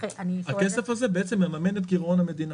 הכסף הזה בעצם מממן את גירעון המדינה,